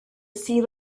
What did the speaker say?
sea